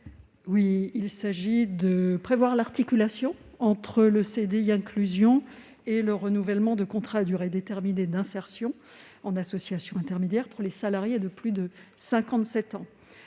Il s'agit de prévoir l'articulation entre les CDI inclusion senior et le renouvellement de contrats à durée déterminée d'insertion (CDDI) en associations intermédiaires (AI) pour les salariés de plus de 57 ans.